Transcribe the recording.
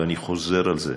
ואני חוזר על זה,